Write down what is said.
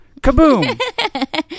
Kaboom